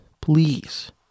please